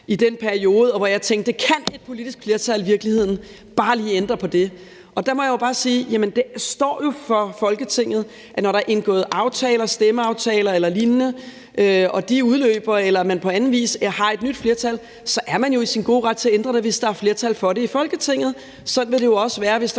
i den periode, og hvor jeg tænkte: Kan et politisk flertal i virkeligheden bare lige ændre på det? Og der må jeg jo bare sige, at når der er indgået aftaler, stemmeaftaler eller lignende, og de udløber, eller man på anden vis har et nyt flertal, så er man jo i sin gode ret til at ændre det, hvis der er flertal for det i Folketinget. Sådan vil det jo også være, hvis der